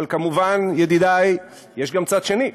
אבל כמובן, ידידי, יש גם צד שני.